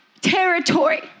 territory